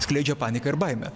skleidžia paniką ir baimę